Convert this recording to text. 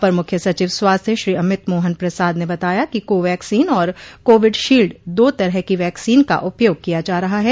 अपर मुख्य सचिव स्वास्थ्य अमित मोहन प्रसाद ने बताया कि को वैक्सीन और कोविड शील्ड दो तरह की वैक्सीन का उपयोग किया जा रहा है